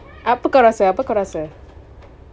apa kau rasa apa kau rasa